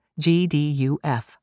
GDUF